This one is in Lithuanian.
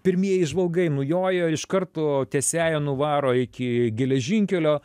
pirmieji žvalgai nujojo iš karto tiesiąja nuvaro iki geležinkelio